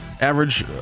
average